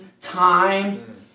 time